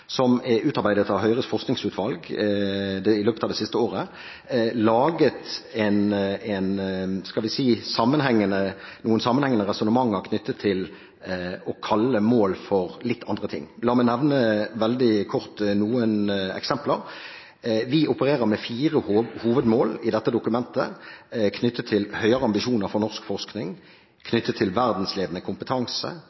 som er utarbeidet av Høyres forskningsutvalg i løpet av det siste året, laget noen – skal vi si – sammenhengende resonnementer knyttet til å kalle mål for litt andre ting. La meg veldig kort nevne noen eksempler: Vi opererer med fire hovedmål i dette dokumentet knyttet til høyere ambisjoner for norsk forskning,